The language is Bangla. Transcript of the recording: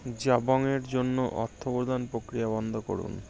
জাবংয়ের জন্য অর্থপ্রদান প্রক্রিয়া বন্ধ করুন